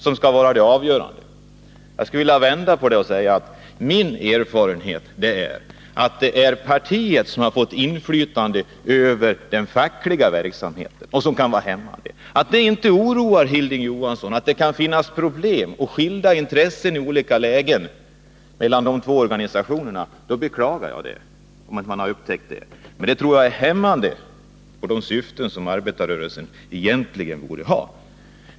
Jag skulle vilja vända på det och säga att min erfarenhet är att det är partiet som har fått inflytande över den fackliga verksamheten och att detta kan vara hämmande. Jag beklagar om han inte har upptäckt och oroats av att det i olika lägen kan finnas problem med anledning av de två organisationernas skilda intressen. Jag tror det är hämmande för de syften som arbetarrörelsen egentligen borde ha.